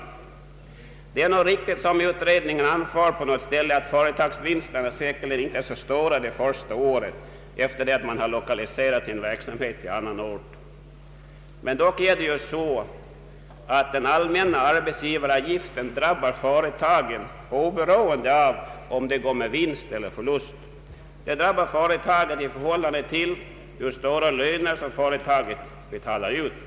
Det är kanske riktigt som utredningen anför på något ställe, att företagsvinsterna säkerligen inte är så stora under de första åren efter det att man har lokaliserat sin verksamhet till annan ort. Dock drabbar ju den allmänna arbetsgivaravgiften företagen oberoende av om dessa går med vinst eller förlust. Den drabbar företaget i förhållande till hur stora löner företaget betalar ut.